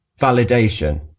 validation